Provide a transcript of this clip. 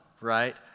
right